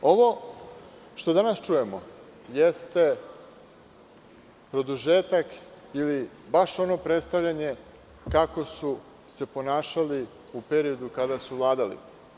Ovo što danas čujemo jeste produžetak ili baš ono predstavljanje kako su se ponašali u periodu kada su vladali.